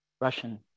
Russian